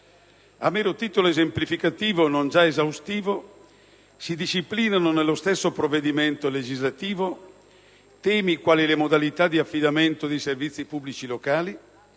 A mero titolo esemplificativo, non già esaustivo, si disciplinano nello stesso provvedimento legislativo temi quali le modalità di affidamento dei servizi pubblici locali